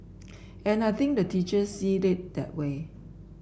and I think the teachers see it that way